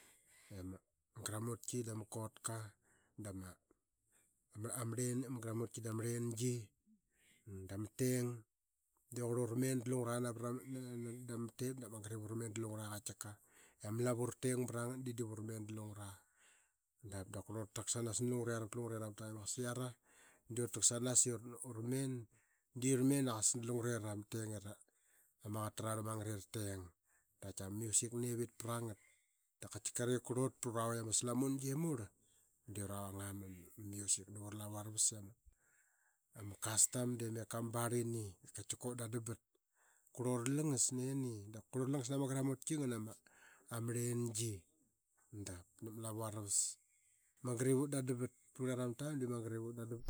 i ama gramutki, dama kotka, dama gramutki, dama arlengi, dama teng de qurla- Magat ip ura men da lungara tika i ama lavu ra teng bra ngat de dip ura men da lungura ma taim. Diip uri tak sanas i uri men di uri men aa qasa da lungurerai i qasa ma qaqet ta rarlmagat i ra teng da qakia ma music nevit. Pra ngat. Dap katika ariqip kurlut pra ura vaik ama slamungi murl de ura vang aa ma music nav ara lavu aravas, ama custom de meka ma barlini. Ip katika ura dadambat, qurla uri langas nini, qarala uri langas nama gramutki, ngana ma rlengi dap nap ma lavu aravas magrip ut dan dambat pat lungere ma taim de magat i magat ip ut dan dambat.